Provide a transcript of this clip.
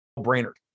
Brainerd